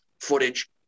footage